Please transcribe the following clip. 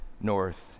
north